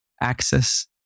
access